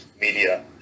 media